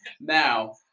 now